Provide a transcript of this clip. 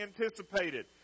anticipated